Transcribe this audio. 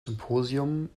symposion